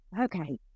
okay